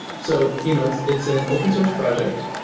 so you know it's it's an open source project.